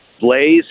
Blaze